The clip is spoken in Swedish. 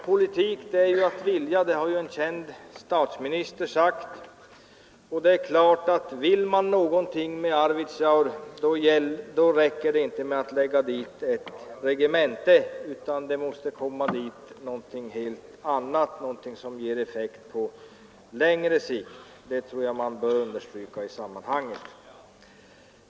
Politik är att vilja, har en känd statsminister sagt. Vill man någonting med Arvidsjaur räcker det inte med att lägga dit ett regemente, utan det måste komma dit någonting helt annat som ger effekt på längre sikt. Det tror jag att man bör understryka i sammanhanget.